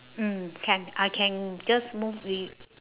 mm can I can just move we